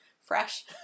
fresh